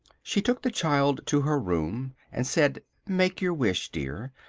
she took the child to her room and said make your wish, dear,